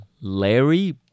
Larry